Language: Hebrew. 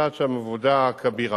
מתבצעת שם עבודה כבירה.